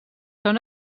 són